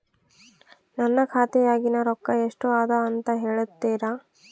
ನನ್ನ ಖಾತೆಯಾಗಿನ ರೊಕ್ಕ ಎಷ್ಟು ಅದಾ ಅಂತಾ ಹೇಳುತ್ತೇರಾ?